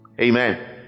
Amen